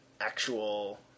actual